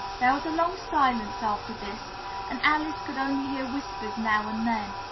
there was a long silence after this and alice could only hear whispers now and then,